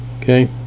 okay